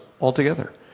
altogether